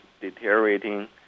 deteriorating